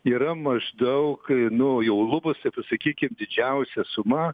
yra maždaug nu jau lubos taip pasakykim didžiausia suma